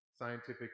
scientific